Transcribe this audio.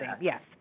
yes